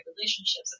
relationships